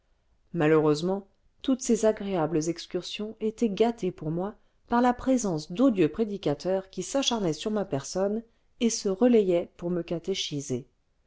malheureusement toutes ces agréables excursions étaient gâtées pour moi par la présence d'odieux prédicateurs qui s'acharnaient sur ma personne et se relayaient pour me catéchiser